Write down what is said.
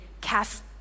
cast